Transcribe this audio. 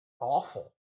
awful